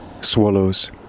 Swallows